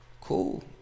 Cool